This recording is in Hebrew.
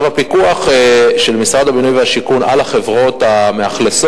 2. הפיקוח של משרד הבינוי והשיכון על החברות המאכלסות,